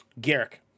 Garrick